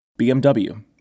BMW